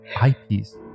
eyepiece